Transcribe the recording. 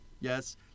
Yes